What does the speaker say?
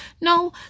No